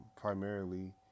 primarily